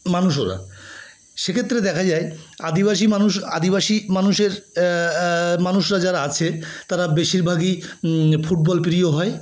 মানুষরা সে ক্ষেত্রে দেখা যায় আদিবাসী মানুষ আদিবাসী মানুষের মানুষরা যারা আছে তারা বেশিরভাগই ফুটবল প্রিয় হয়